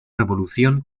revolución